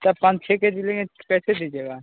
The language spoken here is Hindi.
तब पाँच छः के जी लेंगे तो कैसे दीजिएगा